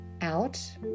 out